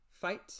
fight